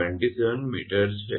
27 𝑚 છે